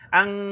ang